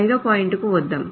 5 వ పాయింట్ వద్దాం